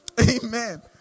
Amen